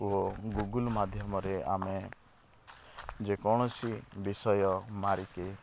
ଓ Google ମାଧ୍ୟମରେ ଆମେ ଯେକୌଣସି ବିଷୟ ମାରିକି